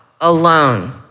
alone